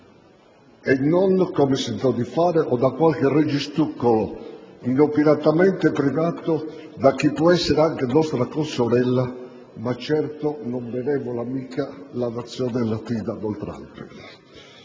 - come si tentò di fare - o da qualche registucolo, inopinatamente premiato da chi può essere anche nostra consorella, ma certo non benevola amica: la Nazione latina d'oltralpe.